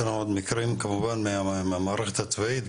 שאנחנו מכירים כמובן מהמערכת הצבאית.